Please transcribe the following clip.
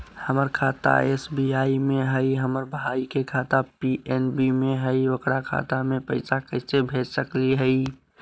हमर खाता एस.बी.आई में हई, हमर भाई के खाता पी.एन.बी में हई, ओकर खाता में पैसा कैसे भेज सकली हई?